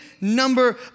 number